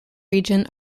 region